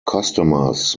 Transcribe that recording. customers